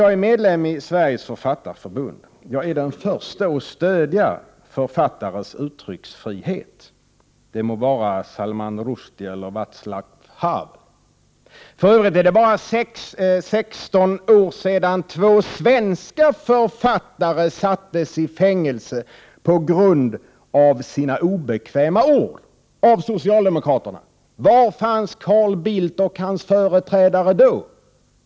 Jag är medlem i Sveriges Författarförbund, och jag är den förste att stödja författares uttrycksfrihet — det må vara Salman Rushdie eller Våclav Havel. Det är för övrigt bara 16 år sedan två svenska författare sattes i fängelse på grund av sina obekväma ord — av socialdemokraterna. Var fanns Carl Bildt och hans företrädare då?